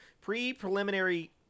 pre-preliminary